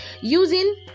using